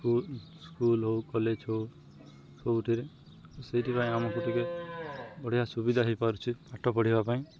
school school ହଉ college ହଉ ସବୁଠିରେ ସେଇଥିପାଇଁ ଆମକୁ ଟିକେ ବଢ଼ିଆ ସୁବିଧା ହେଇପାରୁଛି ପାଠ ପଢ଼ିବା ପାଇଁ